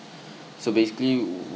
so basically